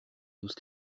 douce